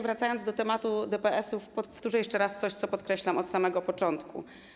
Wracając do tematu DPS-ów, powtórzę jeszcze raz coś, co podkreślam od samego początku.